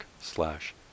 slash